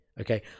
Okay